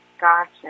Gotcha